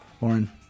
Lauren